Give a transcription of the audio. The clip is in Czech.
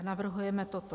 Navrhujeme toto: